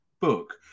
book